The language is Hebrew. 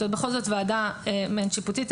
זאת בכל זאת ועדה מעין שיפוטית.